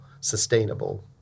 sustainable